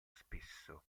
spesso